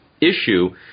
issue